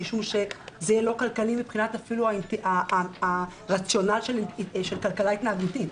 משום שזה יהיה לא כלכלי אפילו מבחינת הרציונל של כלכלה התנהגותית.